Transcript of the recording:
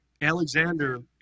Alexander